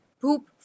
poop